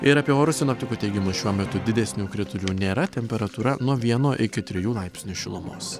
ir apie orus sinoptikų teigimu šiuo metu didesnių kritulių nėra temperatūra nuo vieno iki trijų laipsnių šilumos